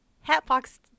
Hatbox